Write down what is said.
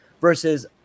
versus